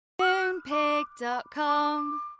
Moonpig.com